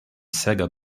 sega